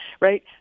right